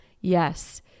yes